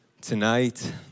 tonight